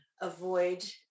avoid